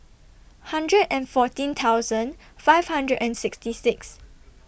hundred and fourteen thousand five hundred and sixty six